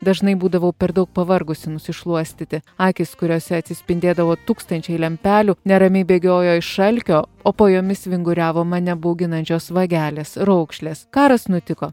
dažnai būdavau per daug pavargusi nusišluostyti akys kuriose atsispindėdavo tūkstančiai lempelių neramiai bėgiojo iš alkio o po jomis vinguriavo mane bauginančios vagelės raukšlės karas nutiko